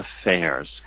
Affairs